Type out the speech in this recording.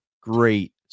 great